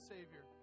Savior